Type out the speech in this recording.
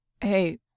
Hey